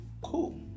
Cool